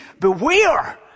Beware